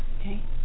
Okay